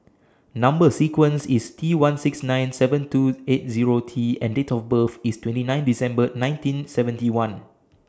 Number sequence IS T one six nine seven two eight Zero T and Date of birth IS twenty nine December nineteen seventy one